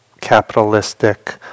capitalistic